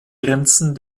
grenzen